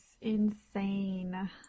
insane